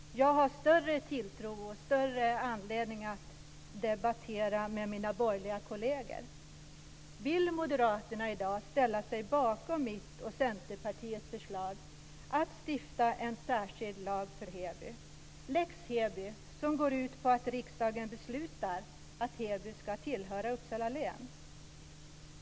Jag har större tilltro till mina borgerliga kolleger och större anledning att debattera med dem. Vill moderaterna ställa sig bakom mitt och Centerpartiets förslag om att stifta en särskild lag för Heby, lex Heby, som går ut på att riksdagen beslutar att Heby ska tillhöra Uppsala län?